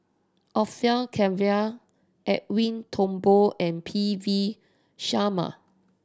Orfeur Cavenagh Edwin Thumboo and P V Sharma